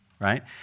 right